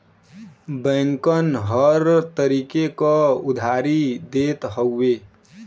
बैंकन हर तरीके क उधारी देत हउए